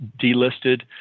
delisted